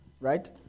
right